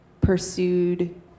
pursued